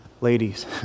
Ladies